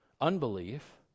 unbelief